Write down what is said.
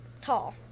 tall